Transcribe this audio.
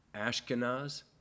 Ashkenaz